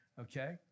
okay